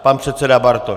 Pan předseda Bartoš.